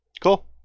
Cool